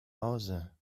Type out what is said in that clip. hause